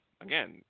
again